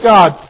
God